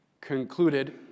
concluded